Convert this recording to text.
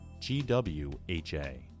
GWHA